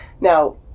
Now